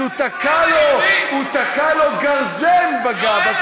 אז הוא תקע לו גרזן בגב.